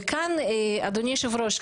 אדוני היושב-ראש,